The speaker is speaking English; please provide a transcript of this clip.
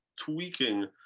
tweaking